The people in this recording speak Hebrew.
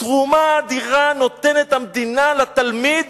תרומה אדירה נותנת המדינה לתלמיד